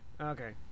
okay